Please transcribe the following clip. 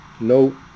no